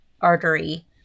Artery